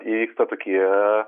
įvyksta tokie